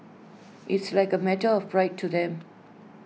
it's like A matter of pride to them